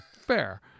Fair